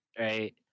right